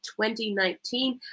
2019